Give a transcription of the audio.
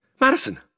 Madison